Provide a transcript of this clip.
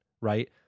right